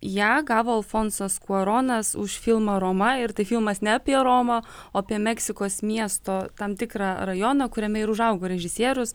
ją gavo alfonsas kuaronas už filmą romą ir tai filmas ne apie romą o apie meksikos miesto tam tikrą rajoną kuriame ir užaugo režisierius